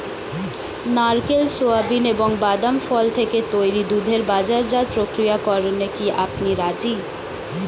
নারকেল, সোয়াবিন এবং বাদাম ফল থেকে তৈরি দুধের বাজারজাত প্রক্রিয়াকরণে কি আপনি রাজি?